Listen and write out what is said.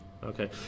Okay